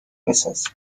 بسازیم